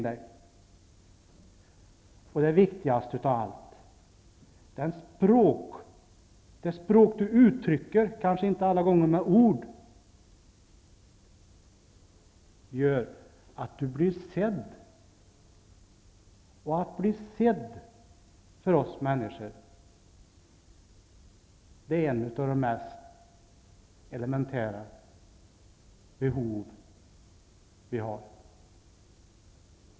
Det viktigaste av allt är att det språk du uttrycker, kanske inte alla gånger med ord, gör att du blir sedd. Att bli sedd är för oss människor ett av de mest elementära behoven.